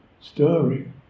stirring